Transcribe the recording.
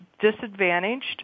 disadvantaged